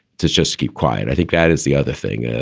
to just keep quiet. i think that is the other thing.